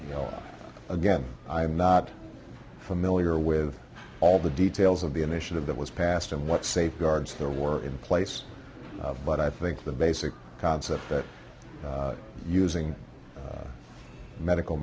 you know again i'm not familiar with all the details of the initiative that was passed and what safeguards there were in place but i think the basic concept that using medical